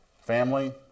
family